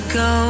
go